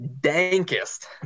dankest